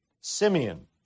Simeon